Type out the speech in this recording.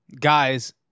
guys